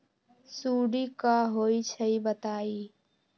सुडी क होई छई बताई?